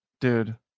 dude